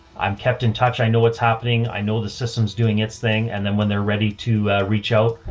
i'm kept in touch. i know what's happening. i know the system is doing its thing, and then when they're ready to reach out,